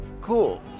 cool